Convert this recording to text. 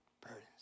burdens